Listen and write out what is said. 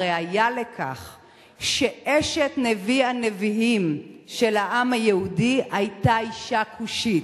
הראיה לכך היא שאשת נביא הנביאים של העם היהודי היתה אשה כושית,